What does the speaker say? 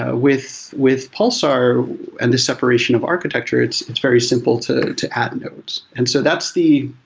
ah with with pulsar and the separation of architecture, it's it's very simple to to add nodes. and so that's the